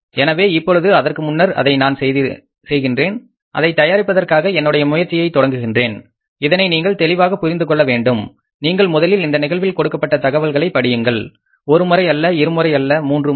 எனவே இப்பொழுது அதற்கு முன்னர் அதை நான் செய்கின்றேன் அதை தயாரிப்பதற்காக என்னுடைய முயற்சியை தொடங்குகின்றேன் இதனை நீங்கள் தெளிவாக புரிந்துகொள்ளவேண்டும் நீங்கள் முதலில் இந்த நிகழ்வில் கொடுக்கப்பட்ட தகவல்களை படியுங்கள் ஒருமுறை அல்ல இரண்டு முறை அல்லது மூன்று முறை